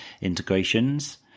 integrations